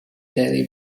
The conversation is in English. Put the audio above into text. daily